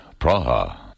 Praha